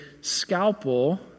scalpel